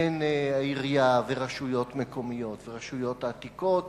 בין העירייה ורשויות מקומיות ורשות העתיקות,